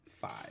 five